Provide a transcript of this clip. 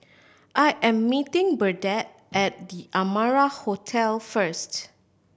I am meeting Burdette at The Amara Hotel first